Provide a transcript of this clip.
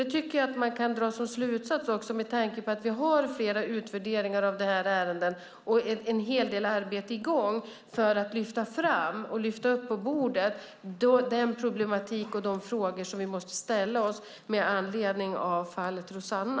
Det borde vi också dra en slutsats av, med tanke på att vi har flera utvärderingar av ärenden och en hel del arbete i gång för att lyfta upp på bordet de problem och de frågor vi måste ställa oss med anledning av fallet Rossana.